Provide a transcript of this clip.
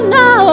no